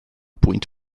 pwynt